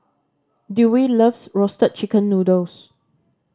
Dewey loves roasted chicken noodles